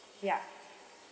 ya